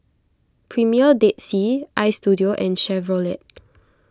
Premier Dead Sea Istudio and Chevrolet